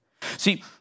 See